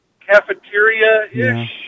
cafeteria-ish